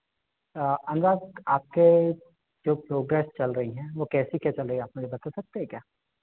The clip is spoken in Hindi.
अनुराग आपके जो प्रोग्रेस चल रही हैं वह कैसी क्या चल रही आप मुझे बता सकते हैं क्या